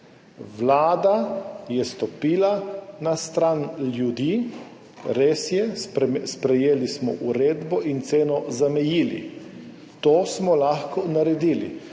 Vlada je stopila na stran ljudi, res je, sprejeli smo uredbo in ceno zamejili, to smo lahko naredili,